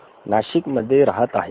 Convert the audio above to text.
मी नाशिकमध्ये राहत आहे